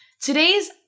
Today's